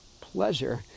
pleasure